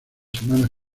semanas